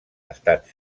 estat